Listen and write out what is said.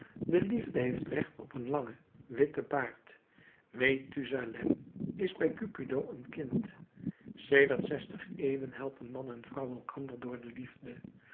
de liefde heeft recht op een langen witten baard methuzalem is bij cupido een kind sedert zestig eeuwen helpen man en vrouw elkander door de liefde